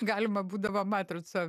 galima būdavo matrica